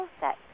set